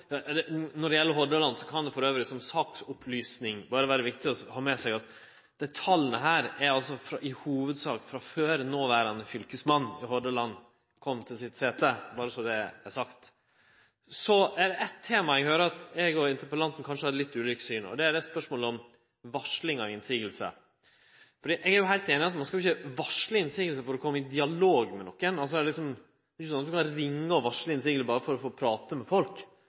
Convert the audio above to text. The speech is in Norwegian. Når det gjeld Hordaland, kan det som saksopplysning vere viktig å ha med seg at tala her i hovudsak er frå før noverande fylkesmann i Hordland kom til sitt embete – berre så det er sagt! Så er det eitt tema eg høyrer at eg og interpellanten kanskje har eit litt ulikt syn på, og det er spørsmålet om varsling av motsegner. Eg er heilt einig i at ein ikkje skal varsle motsegner for å kome i dialog med nokon. Det er ikkje sånn at ein kan ringe og varsle om motsegner berre for å få prate med folk.